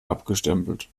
abgestempelt